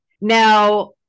Now